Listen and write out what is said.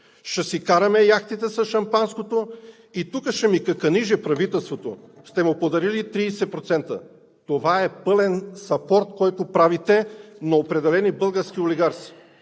ще си караме яхтите с шампанското. И тук ще ми каканиже правителството – подарили сте му 30%. Това е пълен съпорт, който правите на определени български олигарси,